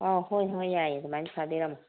ꯑꯧ ꯍꯣꯏ ꯍꯣꯏ ꯌꯥꯏꯌꯦ ꯑꯗꯨꯃꯥꯏꯅ ꯐꯥꯕꯤꯔꯝꯃꯣ